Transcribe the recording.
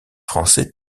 français